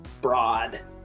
broad